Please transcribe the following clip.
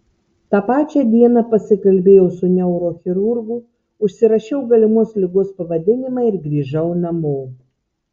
tą pačią dieną pasikalbėjau su neurochirurgu užsirašiau galimos ligos pavadinimą ir grįžau namo